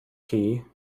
key